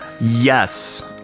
Yes